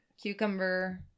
cucumber